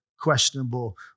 questionable